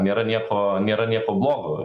nėra nieko nėra nieko blogo